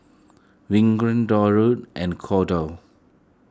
Durwood and Cordell